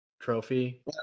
trophy